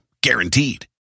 Guaranteed